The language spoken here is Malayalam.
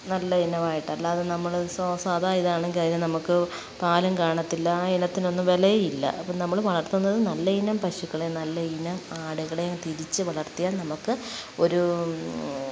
നല്ലയിനമായിട്ട് അല്ലാതെ നമ്മൾ സാധാരണ ഇതാണെങ്കിൽ അതിന് നമുക്ക് പാലും കാണത്തില്ല ആ ഇനത്തിനൊന്നും വിലയുമില്ല അപ്പം നമ്മൾ വളർത്തുന്നത് നല്ലയിനം പശുക്കളെ നല്ലയിനം ആടുകളേയും തിരിച്ച് വളർത്തിയാൽ നമുക്ക് ഒരൂ